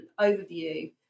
overview